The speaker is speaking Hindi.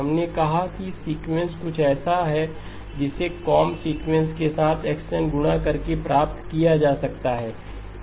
हमने कहा कि सीक्वेंस कुछ ऐसा है जिसे कोंब सीक्वेंस के साथ x n गुणा करके प्राप्त किया जा सकता है